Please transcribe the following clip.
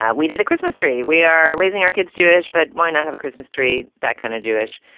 ah we did a christmas tree. we are raising our kids jewish. but why not have a christmas tree? that kind of jewish?